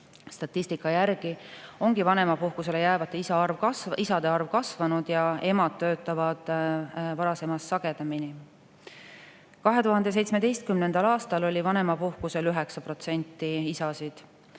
Statistika järgi ongi vanemapuhkusele jäävate isade arv kasvanud ja emad töötavad varasemast sagedamini. 2017. aastal oli vanemapuhkusel 9% isasid,